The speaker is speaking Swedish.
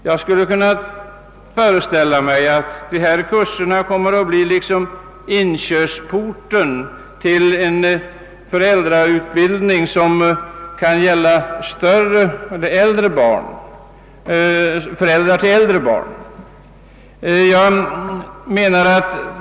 Jag skulle kunna föreställa mig att des+ sa kurser blir inkörsporten till en utbildning även för föräldrar till äldre barn.